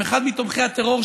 עם אחד מתומכי הטרור,